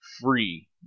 free